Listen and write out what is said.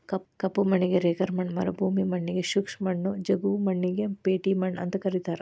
ಕಪ್ಪು ಮಣ್ಣಿಗೆ ರೆಗರ್ ಮಣ್ಣ ಮರುಭೂಮಿ ಮಣ್ಣಗೆ ಶುಷ್ಕ ಮಣ್ಣು, ಜವುಗು ಮಣ್ಣಿಗೆ ಪೇಟಿ ಮಣ್ಣು ಅಂತ ಕರೇತಾರ